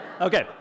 Okay